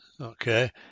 Okay